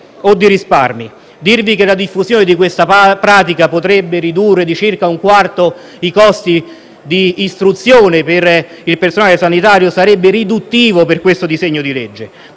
o di risparmi. Dirvi che la diffusione di questa pratica potrebbe ridurre di circa un quarto i costi di istruzione per il personale sanitario sarebbe riduttivo per questo disegno di legge.